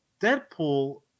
Deadpool